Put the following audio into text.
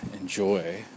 enjoy